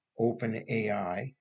OpenAI